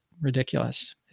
ridiculous